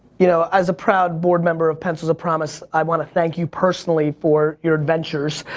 you know as a proud board member of pencils of promise, i want to thank you personally for your adventures.